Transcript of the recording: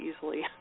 easily